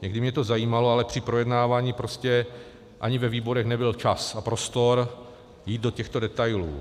Někdy mě to zajímalo, ale při projednávání prostě ani ve výborech nebyl čas a prostor jít do těchto detailů.